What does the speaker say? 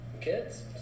kids